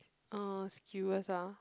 uh skewers ah